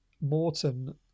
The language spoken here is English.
Morton